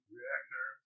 Reactor